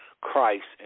Christ